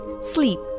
sleep